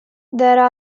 there